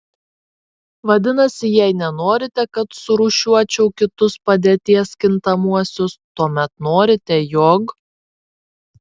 vadinasi jei nenorite kad surūšiuočiau kitus padėties kintamuosius tuomet norite jog